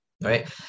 Right